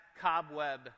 cobweb